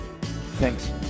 Thanks